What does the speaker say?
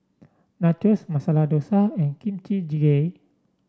Nachos Masala Dosa and Kimchi Jjigae